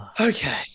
Okay